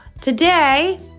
Today